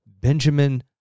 Benjamin